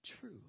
true